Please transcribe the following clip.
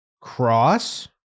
Cross